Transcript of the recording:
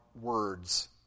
words